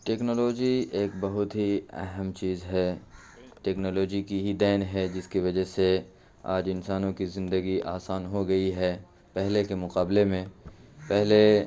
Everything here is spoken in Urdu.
ٹیکنالوجی ایک بہت ہی اہم چیز ہے ٹیکنالوجی کی ہی دین ہے جس کی وجہ سے آج انسانوں کی زندگی آسان ہو گئی ہے پہلے کے مقابلے میں پہلے